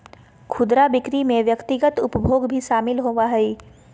खुदरा बिक्री में व्यक्तिगत उपभोग भी शामिल होबा हइ